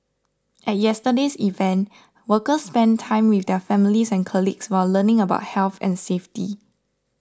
at yesterday's event workers spent time with their families and colleagues while learning about health and safety